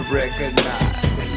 recognize